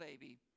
baby